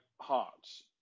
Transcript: Hearts